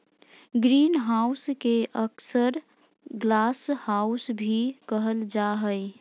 greenhouse के अक्सर glasshouse भी कहल जा हइ